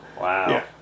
Wow